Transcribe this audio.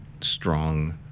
strong